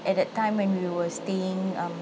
at that time when we were staying um